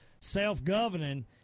self-governing